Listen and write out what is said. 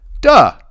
duh